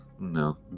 No